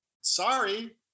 Sorry